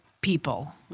people